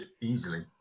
easily